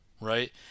right